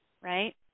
Right